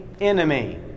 enemy